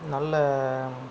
நல்ல